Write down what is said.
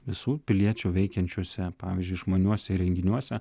visų piliečių veikiančiuose pavyzdžiui išmaniuosiuose įrenginiuose